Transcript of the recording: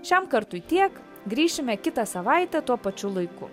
šiam kartui tiek grįšime kitą savaitę tuo pačiu laiku